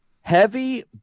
heavy